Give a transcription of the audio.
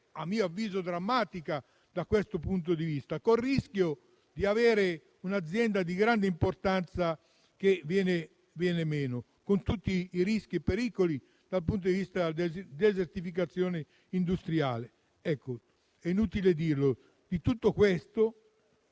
a mio avviso - drammatica da questo punto di vista, e si corre il rischio di avere un'azienda di grande importanza che viene meno e il pericolo dal punto di vista della desertificazione industriale. È inutile dirlo: questo